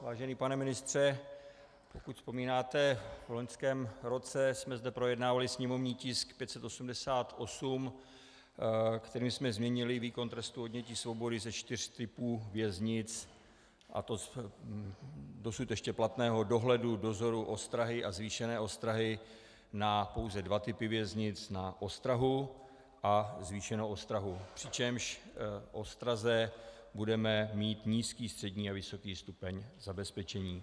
Vážený pane ministře, pokud vzpomínáte, v loňském roce jsme zde projednávali sněmovní tisk 588, kterým jsme změnili výkon trestu odnětí svobody ze čtyř typů věznic, a to dosud ještě platného dohledu, dozoru, ostrahy a zvýšené ostrahy, na pouze dva typy věznic, na ostrahu a zvýšenou ostrahu, přičemž v ostraze budeme mít nízký, střední a vysoký stupeň zabezpečení.